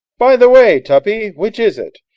by the way, tuppy, which is it?